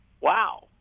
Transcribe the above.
wow